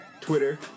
Twitter